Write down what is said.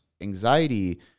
anxiety